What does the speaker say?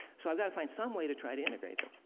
so i've got to find some way to try to integrate them.